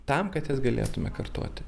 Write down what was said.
tam kad jas galėtume kartoti